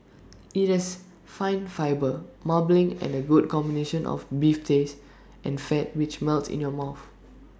IT has fine fibre marbling and A good combination of beef taste and fat which melts in your mouth